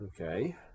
Okay